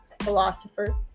Philosopher